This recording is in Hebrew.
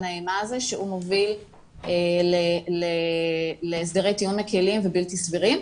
האימה הזה שהוא מוביל להסדרי טיעון מקלים ובלתי סבירים,